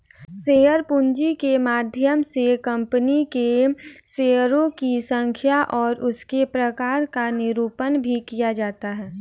share पूंजी के माध्यम से कंपनी के शेयरों की संख्या और उसके प्रकार का निरूपण भी किया जाता है